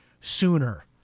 sooner